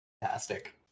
Fantastic